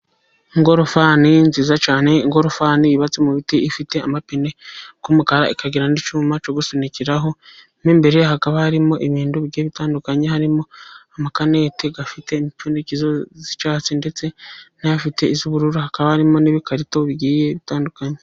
Ingorofani nziza cyane, ingorofani yubatse mu biti, ifite amapine y'umukara, ikagira n'icyuma cyo gusunika. Imbere hakaba harimo ibintu bigiye bitandukanye harimo amakanete afite imipfundikizo y'icyatsi ndetse n'afite iy'ubururu, hakaba harimo n'ibikarito bigiye bitandukanye.